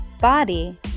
body